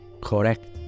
correct